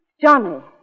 Johnny